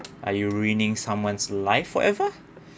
are you reading someone's life forever